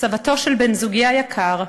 סבתו של בן-זוגי היקר,